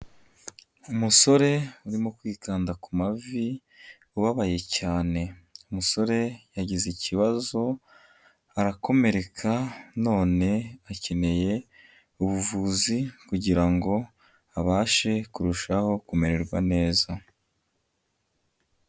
Umusore urimo kwitonda ku mavi ubabaye cyane, umusore yagize ikibazo arakomereka none akeneye ubuvuzi kugira ngo abashe kurushaho kumererwa neza.